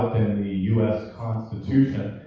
the us constitution,